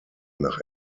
nach